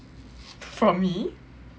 from me